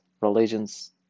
Religions